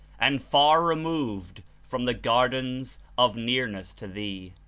and far removed from the gardens of nearness to thee.